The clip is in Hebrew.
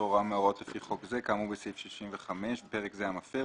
הוראה מההוראות לפי חוק זה כאמור בסעיף 65 (בפרק זה המפר),